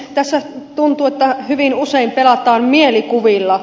tässä tuntuu että hyvin usein pelataan mielikuvilla